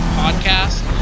podcast